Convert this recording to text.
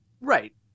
Right